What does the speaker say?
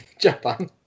Japan